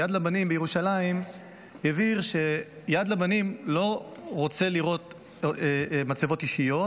ויד לבנים בירושלים הבהיר שיד לבנים לא רוצה לראות מצבות אישיות,